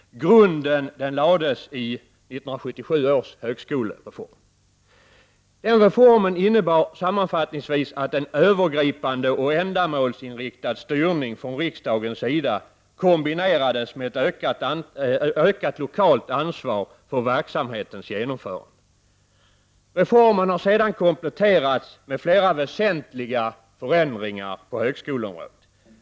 Grunden lades i 1977 års högskolereform. Den reformen innebar sammanfattningsvis att den övergripande och ändamålsinriktade styrningen från riksdagens sida kombinerades med ökat lokalt ansvar för verksamhetens genomförande. Reformen har sedan kompletterats med flera väsentliga förändringar på högskoleområdet.